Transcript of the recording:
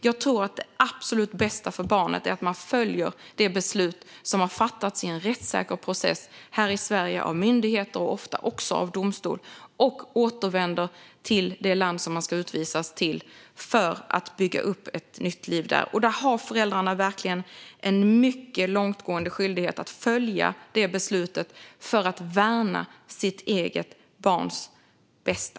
Jag tror att det absolut bästa för barnet är att man följer det beslut som har fattats i en rättssäker process av myndigheter, ofta även av domstol, och återvänder till det land som man ska utvisas till för att bygga upp ett nytt liv där. Föräldrarna har en mycket långtgående skyldighet att följa det beslutet, för att värna sitt eget barns bästa.